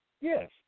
Yes